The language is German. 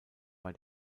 bei